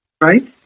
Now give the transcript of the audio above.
Right